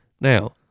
Now